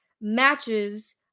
matches